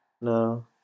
No